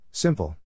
Simple